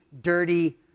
dirty